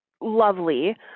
lovely